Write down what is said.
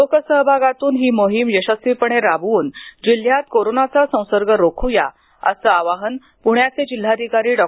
लोकसहभागातून ही मोहीम यशस्वीपणे राबवून जिल्ह्यात कोरोनाचा संसर्ग रोखू या असं आवाहन पुण्याचे जिल्हाधिकारी डॉ